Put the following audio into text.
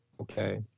okay